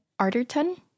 Arterton